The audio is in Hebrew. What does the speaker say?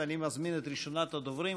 אני מזמין את ראשונת הדוברים,